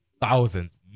thousands